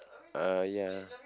uh ya